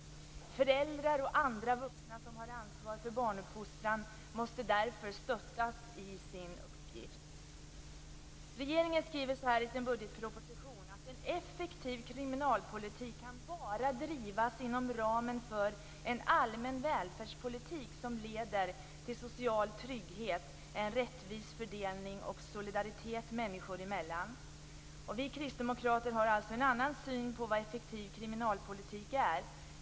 Föräldrar och andra vuxna som har ansvar för barnuppfostran måste därför stöttas i sin uppgift. Regeringen skriver i sin budgetproposition: En effektiv kriminalpolitik kan bara drivas inom ramen för en allmän välfärdspolitik som leder till social trygghet, en rättvis fördelning och solidaritet människor emellan. Vi kristdemokrater har alltså en annan syn på vad effektiv kriminalpolitik är.